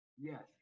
yes